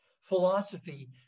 philosophy